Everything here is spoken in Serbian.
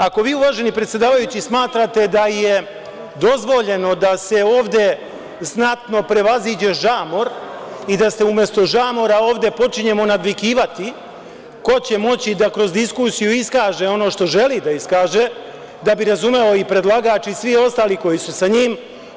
Ako vi, uvaženi predsedavajući, smatrate da je dozvoljeno da se ovde znatno prevaziđe žamor i da umesto žamora se ovde počinjemo nadvikivati, ko će moći da kroz diskusiju iskaže ono što želi da iskaže da bi razumeo i predlagač i svi ostali koji su sa njima?